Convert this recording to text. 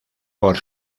por